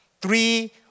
Three